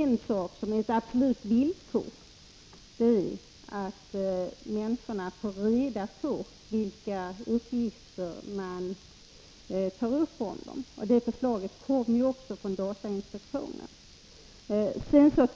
En sak som är ett absolut villkor är att människorna får reda på vilka uppgifter man skaffar om dem, och det förslaget kom ju också från datainspektionen. Jag